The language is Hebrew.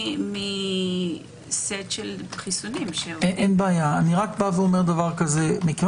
מסט של חיסונים, במחלקות רגישות.